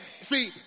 See